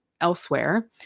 elsewhere